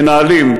מנהלים,